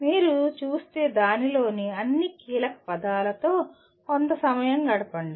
మీరు చూస్తే దానిలోని అన్ని కీలకపదాలతో కొంత సమయం గడపండి